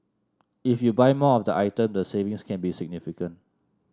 if you buy more of the item the savings can be significant